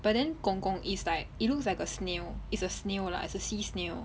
but then gong gong is like it looks like a snail is a snail lah is a sea snail